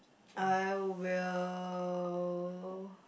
I will